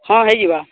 ହଁ ହେଇଯିବା